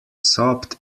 sobbed